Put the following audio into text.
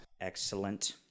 Excellent